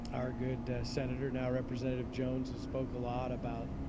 our good senator now, representative joan has spoke a lot about,